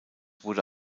wurde